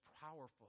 powerful